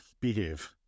Behave